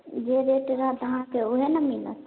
जे रेट रहत अहाँकेँ ओहे ने मिलत